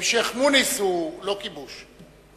האם שיח'-מוניס הוא לא כיבוש.